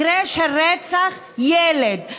מקרה של רצח ילד.